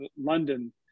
London